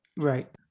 Right